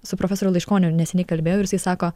su profesoriu laiškoniu neseniai kalbėjau ir jisai sako